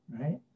Right